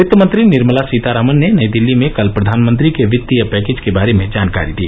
वित्तमंत्री निर्मला सीतारामन ने नई दिल्ली में कल प्रधानमंत्री के वित्तीय पैकेज के बारे में जानकारी दी